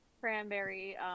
Cranberry